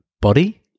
body